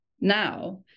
now